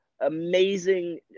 amazing